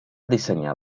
dissenyar